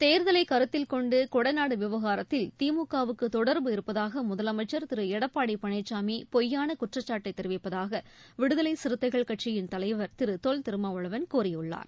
தேர்தலை கருத்தில் கொண்டு கொடநாடு விவகாரத்தில் திமுகவுக்கு தொடர்பு இருப்பதாக முதலமைச்சர் திரு எடப்பாடி பழனிசாமி பொய்யான குற்றச்சாட்டை தெரிவிப்பதாக விடுதலை சிறுத்தைகள் கட்சியின் தலைவர் திரு தொல் திருமாவளவன் கூறியுள்ளார்